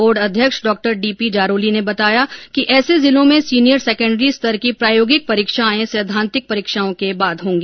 board अध्यक्ष डॉ D P Jaroli ने बताया कि ऐसे जिलों में सीनियर र्सैकण्डरी स्तर की प्रायोगिक परीक्षाएं सैद्धांतिक परीक्षाओं के बाद होंगी